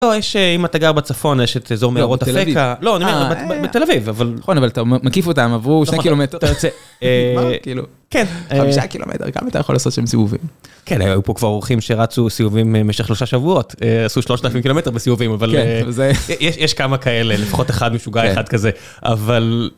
לא, יש... אם אתה גר בצפון, יש את אזור מערות הפקה. תלאביב. לא, אני מבין, בתל אביב, אבל... נכון, אבל אתה מקיף אותם, עברו שני קילומטר, אתה יוצא... מה? כאילו... כן, חמישה קילומטר, כמה שאתה יכול לעשות שם סיבובים. כן, היו פה כבר עורכים שרצו סיבובים במשך שלושה שבועות. עשו שלושת אלפים קילומטר בסיבובים, אבל... זה... יש כמה כאלה, לפחות אחד משוגע, אחד כזה, אבל...